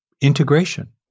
integration